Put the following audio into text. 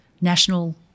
national